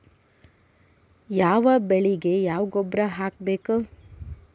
ಯಾವ ಬೆಳಿಗೆ ಯಾವ ಗೊಬ್ಬರ ಹಾಕ್ಬೇಕ್?